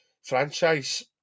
franchise